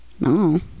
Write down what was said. No